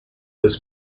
was